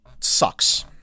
sucks